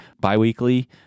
bi-weekly